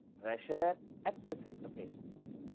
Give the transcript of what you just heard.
pressure at specific locations.